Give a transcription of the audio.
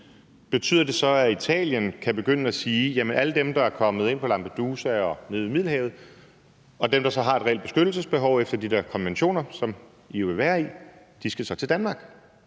betyder det så, at Italien kan begynde at sige, at alle dem, der er kommet til Lampedusa og andre steder nede ved Middelhavet, og som altså har et reelt beskyttelsesbehov ifølge de der konventioner, som I jo gerne vil have at vi er